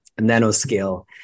nanoscale